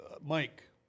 Mike